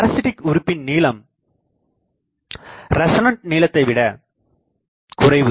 parasitic உறுப்பின் நீளம் resonant நீளத்தை விட குறைவு